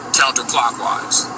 counterclockwise